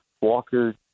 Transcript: Walker